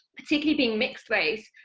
particularly being mixed-race,